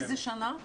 איזה שנה?